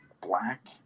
black